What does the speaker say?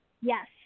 yes